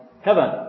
heaven